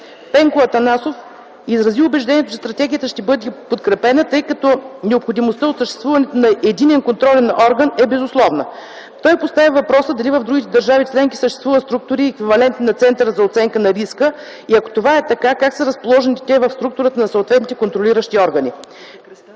Пенко Атанасов изрази убеждението, че стратегията ще бъде подкрепена, тъй като необходимостта от съществуването на единен контролен орган е безусловна. Той постави въпроса дали в другите държави членки съществуват структури, еквивалентни на Центъра за оценка на риска, и ако това е така, как са разположени те в структурата на съответните контролиращи органи.